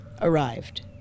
arrived